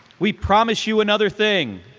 we promise you another thing.